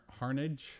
Harnage